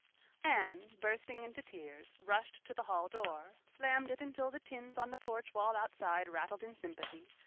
anne, bursting into tears, rushed to the hall door, slammed it until the tins on the porch wall outside rattled in sympathy,